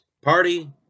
party